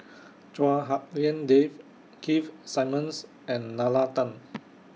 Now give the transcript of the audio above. Chua Hak Lien Dave Keith Simmons and Nalla Tan